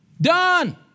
Done